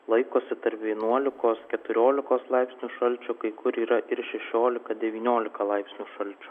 laikosi tarp vienuolikos keturiolikos laipsnių šalčio kai kur yra ir šešiolika devyniolika laipsnių šalčio